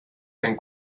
ein